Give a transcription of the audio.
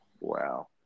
Wow